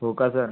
हो का सर